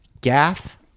Gaff